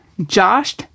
josh